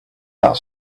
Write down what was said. that